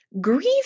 grief